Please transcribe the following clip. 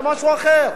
זה משהו אחר.